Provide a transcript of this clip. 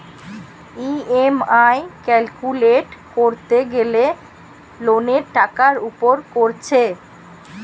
EMI calculate কোরতে গ্যালে লোনের টাকার উপর কোরছে